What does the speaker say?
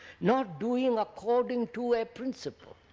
not doing according to a principle.